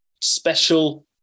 special